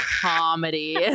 comedy